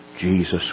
Jesus